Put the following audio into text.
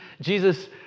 Jesus